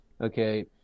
Okay